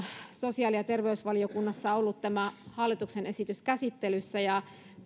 sosiaali ja terveysvaliokunnassa on ollut tämä hallituksen esitys käsittelyssä ja